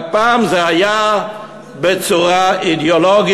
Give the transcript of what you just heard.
רק שפעם זה היה בצורה אידיאולוגית,